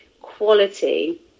quality